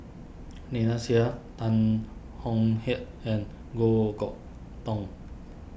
Seah Tan Tong Hye and Goh Chok Tong